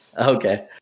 Okay